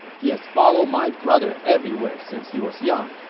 he has followed my brother everywhere since he was young.